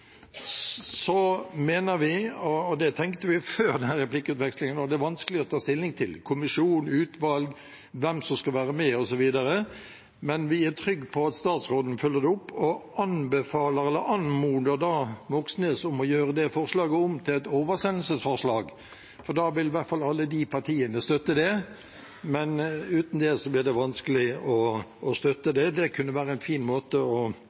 mener vi – og det tenkte vi før denne replikkvekslingen – at det er vanskelig å ta stilling til kommisjon, utvalg, hvem som skal være med, osv. Men vi er trygge på at statsråden følger opp, og vi anmoder da Moxnes om å gjøre forslaget om til et oversendelsesforslag. Da vil i hvert fall alle disse partiene støtte det, men uten det blir det vanskelig å støtte det. Det kunne være en fin måte å